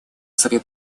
совет